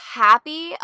happy